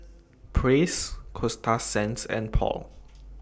Praise Coasta Sands and Paul